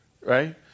right